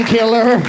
Killer